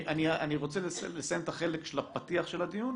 אני רוצה לסיים את החלק של הפתיח של הדיון,